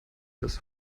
das